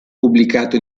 pubblicato